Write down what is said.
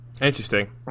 Interesting